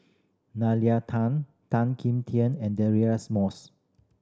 Tan Tan Kim Tian and Moss